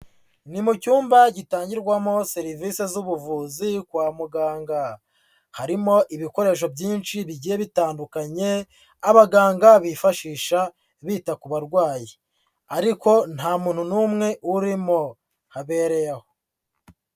Ni mu cyumba gitangirwamoho serivise z'ubuvuzi kwa muganga. Harimo ibikoresho byinshi bigiye bitandukanye, abaganga bifashisha bita ku barwayi ariko ntamuntu n'umwe urimo. Habereye aho.